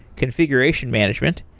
configuration management,